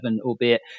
albeit